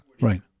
Right